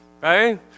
Right